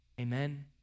Amen